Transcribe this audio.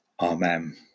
Amen